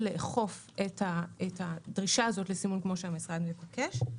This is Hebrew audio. לאכוף את הדרישה הזאת לסימון כמו שהמשרד מבקש.